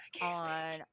on